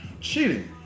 cheating